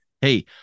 Hey